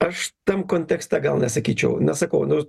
aš tam kontekste gal nesakyčiau na sakau nu